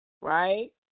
right